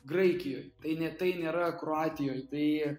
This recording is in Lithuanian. graikijoj tai ne tai nėra kroatijoj tai